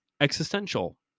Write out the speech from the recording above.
existential